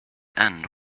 end